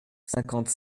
cinquante